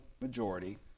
majority